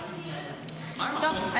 טוב,